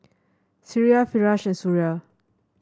Syirah Firash and Suria